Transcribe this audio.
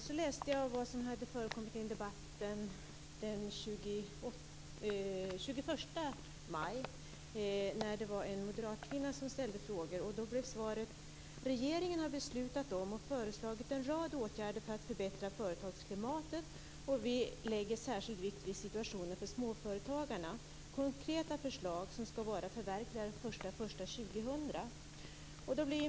Sedan läste jag vad som hade sagts i en debatt den 21 maj, då det var en moderatkvinna som ställde frågor. Då blev svaret: Regeringen har beslutat om och föreslagit en rad åtgärder för att förbättra företagsklimatet. Vi lägger särskild vikt vid situationen för småföretagarna. Det är konkreta förslag som skall vara förverkligade den 1 januari 2000.